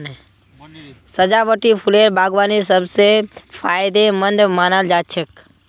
सजावटी फूलेर बागवानी सब स फायदेमंद मानाल जा छेक